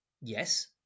yes